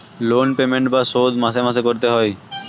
loan payment বা শোধ মাসে মাসে করতে এ হয়